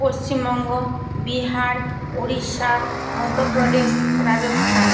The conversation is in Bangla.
পশ্চিমবঙ্গ বিহার উড়িষ্যা মধ্যপ্রদেশ রাজস্থান